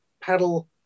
Paddle